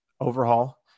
overhaul